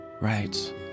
Right